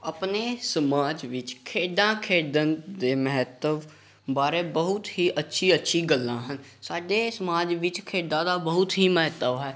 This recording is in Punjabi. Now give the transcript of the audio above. ਆਪਣੇ ਸਮਾਜ ਵਿੱਚ ਖੇਡਾਂ ਖੇਡਣ ਦੇ ਮਹੱਤਵ ਬਾਰੇ ਬਹੁਤ ਹੀ ਅੱਛੀ ਅੱਛੀ ਗੱਲਾਂ ਹਨ ਸਾਡੇ ਸਮਾਜ ਵਿੱਚ ਖੇਡਾਂ ਦਾ ਬਹੁਤ ਹੀ ਮਹੱਤਵ ਹੈ